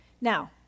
now